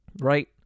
right